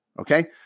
Okay